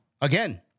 again